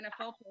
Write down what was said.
NFL